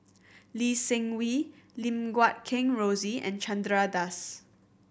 Lee Seng Wee Lim Guat Kheng Rosie and Chandra Das